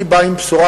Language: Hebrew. אני בא עם בשורה,